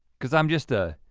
cause i'm just a,